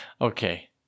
Okay